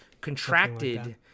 contracted